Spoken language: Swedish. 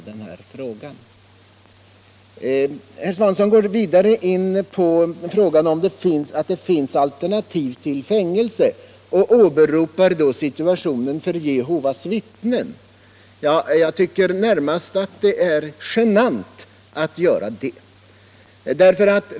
Herr Svanström påstod vidare att det finns alternativ till fängelse och åberopade då situationen för Jehovas vittnen. Jag tycker att det är närmast genant att göra det.